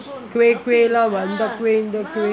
kuih kuih லாம் அந்த:laam antha kuih இந்த:intha kuih